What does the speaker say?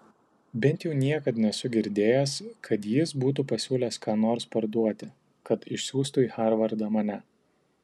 bent jau niekad nesu girdėjęs kad jis būtų pasiūlęs ką nors parduoti kad išsiųstų į harvardą mane